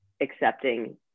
accepting